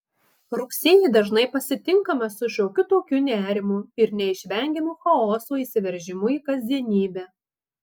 rugsėjį dažnai pasitinkame su šiokiu tokiu nerimu ir neišvengiamu chaoso įsiveržimu į kasdienybę